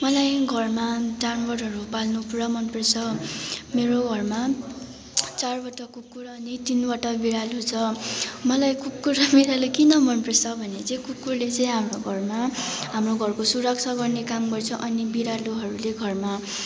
मलाई घरमा जानवरहरू पाल्नु पुरा मनपर्छ मेरो घरमा चारवटा कुकुर अनि तिनवटा बिरालो छ मलाई कुकुर र बिरालो किन मनपर्छ भने चाहिँ कुकुरले चाहिँ हाम्रो घरमा हाम्रो घरको सुरक्षा गर्ने काम गर्छ अनि बिरालोहरूले घरमा